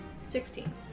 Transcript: Sixteen